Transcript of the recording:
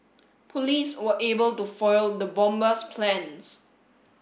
police were able to foil the bomber's plans